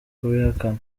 kubihakana